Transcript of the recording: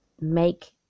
make